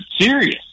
serious